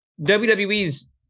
wwe's